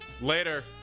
Later